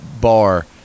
bar